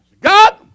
God